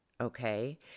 okay